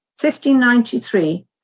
1593